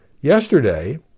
yesterday